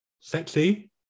sexy